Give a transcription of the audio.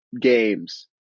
games